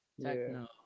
techno